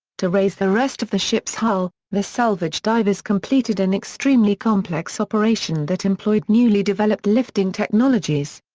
to raise the rest of the ship's hull, the salvage divers completed an extremely complex operation that employed newly developed lifting technologies.